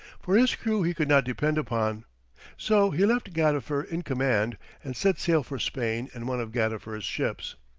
for his crew he could not depend upon so he left gadifer in command and set sail for spain in one of gadifer's ships.